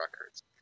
Records